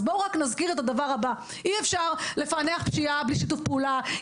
אז בואו נזכיר את הדבר הבא: אי אפשר לפענח פשיעה בלי שיתוף פעולה,